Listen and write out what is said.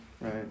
Right